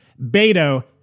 Beto